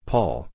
Paul